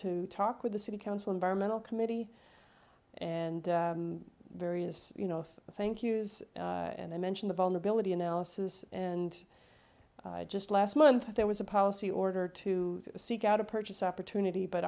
talk with the city council environmental committee and various you know if thank you and i mention the vulnerability analysis and just last month there was a policy order to seek out a purchase opportunity but